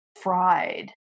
fried